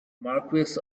marquess